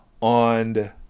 on